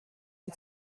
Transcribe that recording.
ein